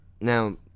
Now